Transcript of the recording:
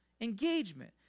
engagement